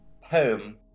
home